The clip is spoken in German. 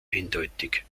eindeutig